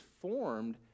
formed